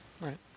Right